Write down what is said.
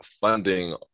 funding